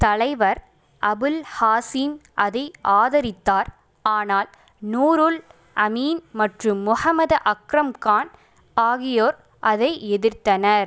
தலைவர் அபுல் ஹாஷிம் அதை ஆதரித்தார் ஆனால் நூருல் அமீன் மற்றும் முகமது அக்ரம் கான் ஆகியோர் அதை எதிர்த்தனர்